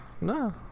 No